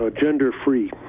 gender-free